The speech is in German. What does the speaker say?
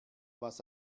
was